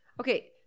Okay